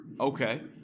Okay